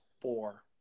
Four